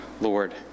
Lord